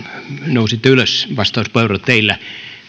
nousitte ylös vastauspuheenvuoro teillä